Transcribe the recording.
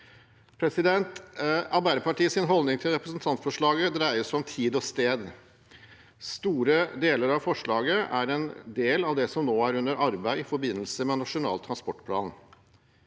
i handling. Arbeiderpartiets holdning til representantforslaget dreier seg om tid og sted. Store deler av forslaget er en del av det som nå er under arbeid i forbindelse med Nasjonal transportplan.